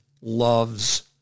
loves